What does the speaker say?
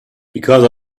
because